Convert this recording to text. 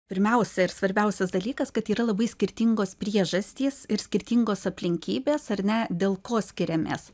pirmiausia ir svarbiausias dalykas kad yra labai skirtingos priežastys ir skirtingos aplinkybės ar ne dėl ko skiriamės